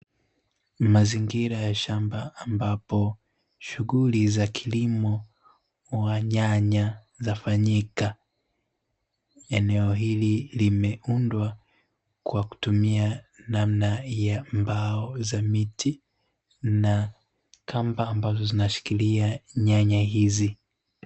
Mazingira ya shamba ambapo shughuli za kilimo cha nyanya zafanyika, eneo hili limeundwa kwa kutumia namna ya mbao za miti na kamba ambazo zinazoshikilia nyanya hizi.